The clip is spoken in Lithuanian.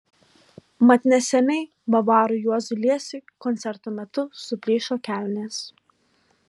mat neseniai bavarui juozui liesiui koncerto metu suplyšo kelnės